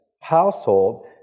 household